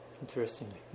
interestingly